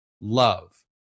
love